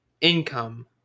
income